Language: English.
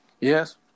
Yes